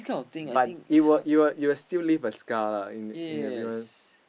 but it will leave a scar in everyone